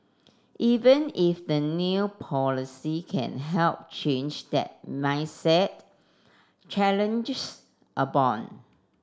even if the new policy can help change that mindset challenges abound